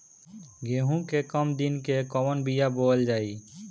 गेहूं के कम दिन के कवन बीआ बोअल जाई?